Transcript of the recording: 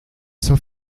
zur